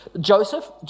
Joseph